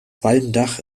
walmdach